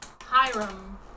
Hiram